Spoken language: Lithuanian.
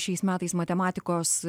šiais metais matematikos